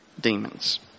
demons